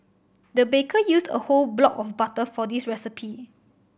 the baker used a whole block of butter for this recipe